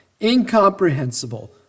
incomprehensible